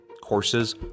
Courses